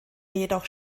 jedoch